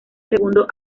segundo